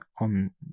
on